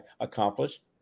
accomplished